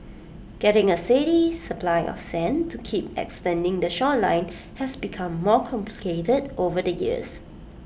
getting A steady supply of sand to keep extending the shoreline has become more complicated over the years